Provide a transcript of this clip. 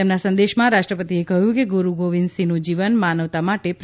તેમના સંદેશમાં રાષ્ટ્રપતિએ કહ્યું કે ગુરૂ ગોવિંદ સિંહનું જીવન માનવતાં માટે પ્રેરણારૂપ છે